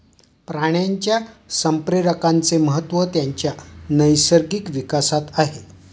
प्राण्यांच्या संप्रेरकांचे महत्त्व त्यांच्या नैसर्गिक विकासात आहे